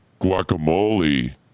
guacamole